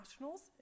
Nationals